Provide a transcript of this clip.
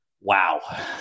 wow